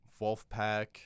Wolfpack